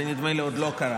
נדמה לי שזה עוד לא קרה.